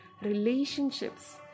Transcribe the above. relationships